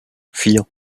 vier